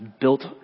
built